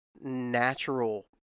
natural